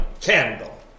candle